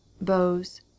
bows